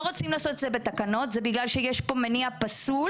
אם לא רוצים לעשות את זה בתקנות זה בגלל שיש פה מניע פסול,